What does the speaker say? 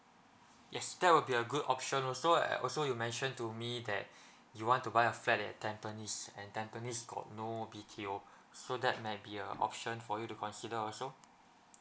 yes that will be a good option also also you mentioned to me that you want to buy a flat at tampines and tampines got no B_T_O so that might be a option for you to consider also